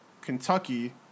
Kentucky